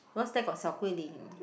because there got Xiao-Guilin